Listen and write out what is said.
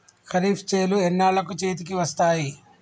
ఖరీఫ్ చేలు ఎన్నాళ్ళకు చేతికి వస్తాయి?